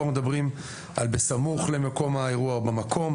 פה אנחנו מדברים על בסמוך למקום האירוע או במקום,